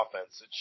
offense